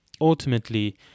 Ultimately